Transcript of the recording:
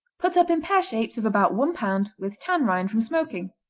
put up in pear shapes of about one pound, with tan rind, from smoking.